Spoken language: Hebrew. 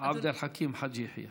עבד אל חכים חאג' יחיא.